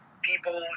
people